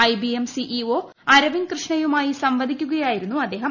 IBM CEO Arvind കൃഷ്ണയുമായി സംവദിക്കുകയായിരുന്നു അദ്ദേഹം